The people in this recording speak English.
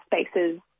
spaces